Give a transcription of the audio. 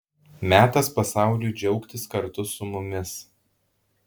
metas pasauliui džiaugtis kartu su mumis